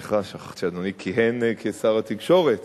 סליחה, שכחתי שאדוני כיהן כשר התקשורת.